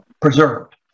preserved